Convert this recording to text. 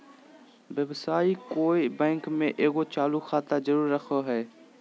व्यवसायी कोय बैंक में एगो चालू खाता जरूर रखो हइ